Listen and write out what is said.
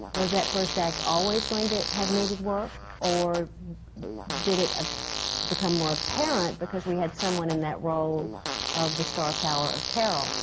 was that first act always going to have needed work or did it ah become more apparent because we had someone in that role of the star power of carol?